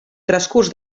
transcurs